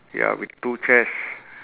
ya with two chairs